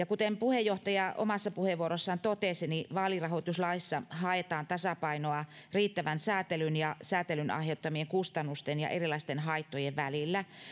kuten puheenjohtaja omassa puheenvuorossaan totesi niin vaalirahoituslaissa haetaan tasapainoa riittävän säätelyn ja säätelyn aiheuttamien kustannusten ja erilaisten haittojen välillä